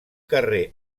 carrer